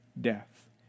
death